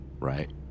right